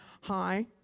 Hi